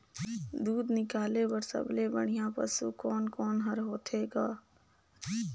दूध निकाले बर सबले बढ़िया पशु कोन कोन हर होथे ग?